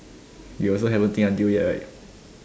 you also haven't think until yet right